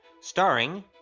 starring